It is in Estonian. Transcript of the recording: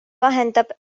vahendab